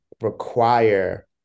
require